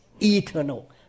Eternal